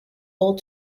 all